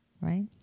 right